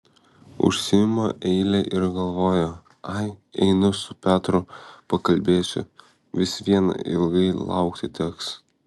užsiima eilę ir galvoja ai einu su petru pakalbėsiu vis vien ilgai laukti teks